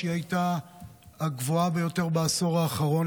שהיא הייתה הגבוהה ביותר בעשור האחרון,